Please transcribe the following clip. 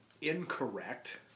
incorrect